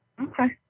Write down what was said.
Okay